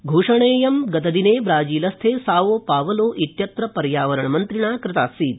घोषणेऽयं गतदिने ब्राजीलस्थे Sao Paulo इत्यत्र पर्यावरणमन्त्रिणा कृतासीत्